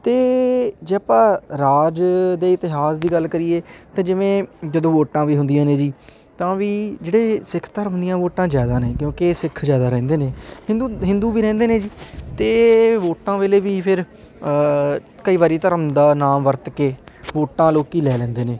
ਅਤੇ ਜੇ ਆਪਾਂ ਰਾਜ ਦੇ ਇਤਿਹਾਸ ਦੀ ਗੱਲ ਕਰੀਏ ਅਤੇ ਜਿਵੇਂ ਜਦੋਂ ਵੋਟਾਂ ਵੀ ਹੁੰਦੀਆਂ ਨੇ ਜੀ ਤਾਂ ਵੀ ਜਿਹੜੇ ਸਿੱਖ ਧਰਮ ਦੀਆਂ ਵੋਟਾਂ ਜ਼ਿਆਦਾ ਨੇ ਕਿਉਂਕਿ ਸਿੱਖ ਜ਼ਿਆਦਾ ਰਹਿੰਦੇ ਨੇ ਹਿੰਦੂ ਹਿੰਦੂ ਵੀ ਰਹਿੰਦੇ ਨੇ ਜੀ ਅਤੇ ਵੋਟਾਂ ਵੇਲੇ ਵੀ ਫਿਰ ਕਈ ਵਾਰੀ ਧਰਮ ਦਾ ਨਾਂ ਵਰਤ ਕੇ ਵੋਟਾਂ ਲੋਕ ਲੈ ਲੈਂਦੇ ਨੇ